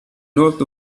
north